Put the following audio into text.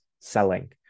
selling